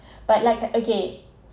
but like again